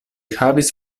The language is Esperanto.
havis